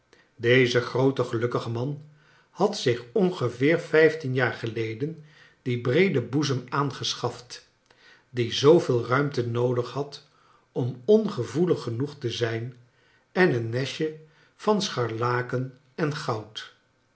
deze groote gelukkige man had zich ongeveer vijftien jaar geleden dien breeden boezem aangeschaft die zooveel ruimte noodig had om ongevoelig genoeg te zijn en een nestje van scharlaken en goud